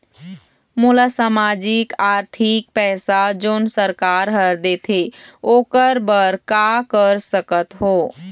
मोला सामाजिक आरथिक पैसा जोन सरकार हर देथे ओकर बर का कर सकत हो?